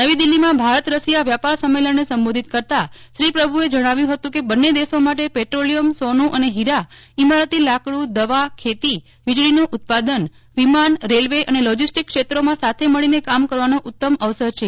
નવીદિલ્હીમાં Bharat Russia વ્યાપાર સંમેલનને સંબોધિત કરતા શ્રી પ્રભુએ જણાવ્યું હતું કે બંને દેશો પાસે પેટ્રોલિયમ સોનુ અને હિરા ઈમારતી લાકડ઼ દવા ખેતી વિજળીનું ઉત્પાદન વિમાન રેલવે અને લોજીસ્ટીક ક્ષેત્રોમાં સાથે મળીને કામ કરવાનો ઉત્તમ અવસર છે